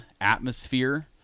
atmosphere